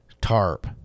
tarp